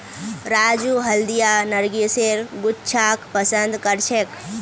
राजू हल्दिया नरगिसेर गुच्छाक पसंद करछेक